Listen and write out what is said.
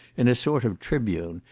in a sort of tribune,